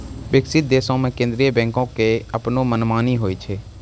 विकसित देशो मे केन्द्रीय बैंको के अपनो मनमानी होय छै